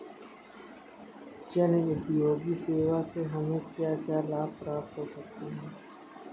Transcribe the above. जनोपयोगी सेवा से हमें क्या क्या लाभ प्राप्त हो सकते हैं?